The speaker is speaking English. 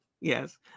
Yes